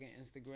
Instagram